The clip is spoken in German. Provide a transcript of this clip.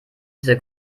dieser